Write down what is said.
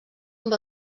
amb